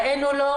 הראינו לו,